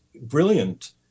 brilliant